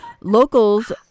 Locals